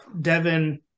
Devin